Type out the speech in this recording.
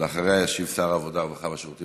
אחריה ישיב שר העבודה, הרווחה והשירותים